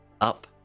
up